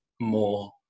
more